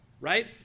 right